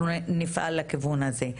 אנחנו נפעל בכיוון הזה.